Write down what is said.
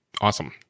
Awesome